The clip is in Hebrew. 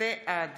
בעד